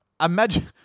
Imagine